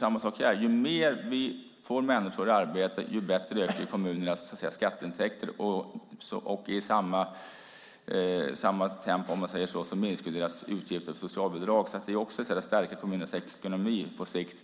Men ju mer vi får människor i arbete, desto bättre blir kommunernas skatteintäkter, och i motsvarande grad minskar deras utgifter för socialbidrag. Det är alltså också ett sätt att stärka kommunernas ekonomi på sikt